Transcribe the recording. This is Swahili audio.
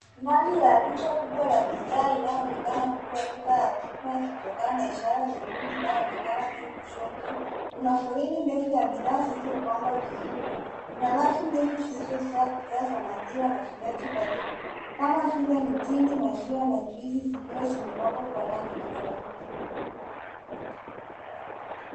Ndani ya duka kubwa la bidhaa, inayoonekana kuwa duka la Quickmart kutokana na ishara nyekundu inayoonekana juu kushoto, kuna foleni ndefu ya bidhaa zilizopangwa vizuri. Kuna rafu ndefu zilizojaa bidhaa za maziwa na vinywaji baridi kama vile mtindi, maziwa, na juisi, zikiwa zimepangwa kwa rangi tofauti.